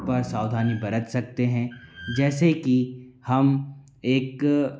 पर सावधानी बरत सकते हैं जैसे कि हम एक